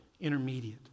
intermediate